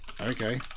Okay